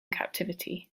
captivity